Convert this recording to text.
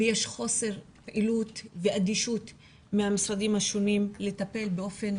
ויש חוסר יעילות ואדישות מהמשרדים השונים לטפל באופן